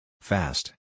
Fast